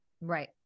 right